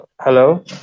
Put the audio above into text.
hello